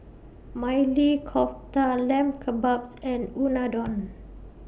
Maili Kofta Lamb Kebabs and Unadon